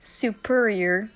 superior